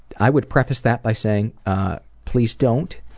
i would preface that by saying please don't.